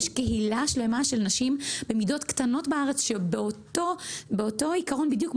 יש קהילה שלמה של נשים במידות קטנות בארץ עם אותו עיקרון בדיוק.